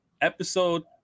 episode